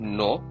no